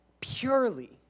purely